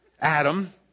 Adam